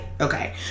Okay